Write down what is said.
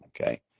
okay